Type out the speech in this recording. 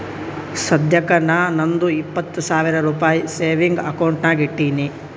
ಸದ್ಯಕ್ಕ ನಾ ನಂದು ಇಪ್ಪತ್ ಸಾವಿರ ರುಪಾಯಿ ಸೇವಿಂಗ್ಸ್ ಅಕೌಂಟ್ ನಾಗ್ ಇಟ್ಟೀನಿ